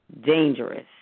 dangerous